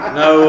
no